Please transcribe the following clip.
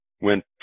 went